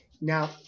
Now